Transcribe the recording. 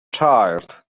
child